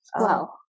Wow